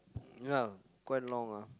ya quite long ah